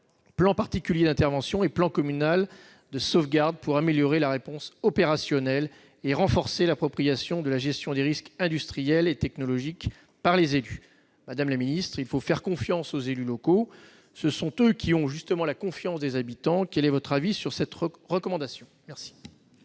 plan particulier d'intervention (PPI) et plan communal de sauvegarde (PCS) pour améliorer la réponse opérationnelle et renforcer l'appropriation de la gestion des risques industriels et technologiques par les élus. Madame la ministre, il faut faire confiance aux élus locaux, car ce sont eux qui ont la confiance des habitants. Quel est votre avis sur cette recommandation ? La